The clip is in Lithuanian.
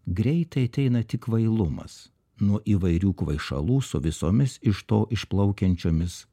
greitai ateina tik kvailumas nuo įvairių kvaišalų su visomis iš to išplaukiančiomis